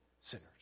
sinners